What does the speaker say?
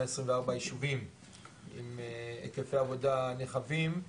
עשרים וארבעה ישובים עם היקפי עבודה נרחבים.